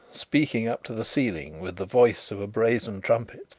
speaking up to the ceiling with the voice of a brazen trumpet.